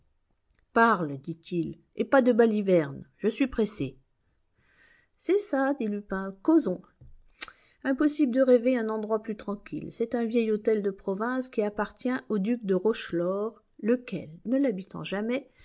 parle dit-il et pas de balivernes je suis pressé c'est ça dit lupin causons impossible de rêver un endroit plus tranquille c'est un vieil hôtel de province qui appartient au duc de rochelaure lequel ne l'habitant jamais